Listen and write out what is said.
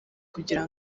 kugira